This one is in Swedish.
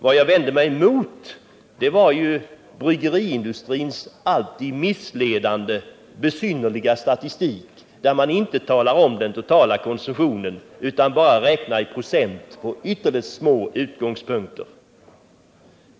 Vad jag vände mig mot var bryggeriindustrins missledande, besynnerliga statistik, där man inte talar om den totala konsumtionen utan bara räknar i procent och från ytterligt låga utgångspunkter.